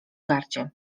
gardziel